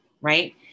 right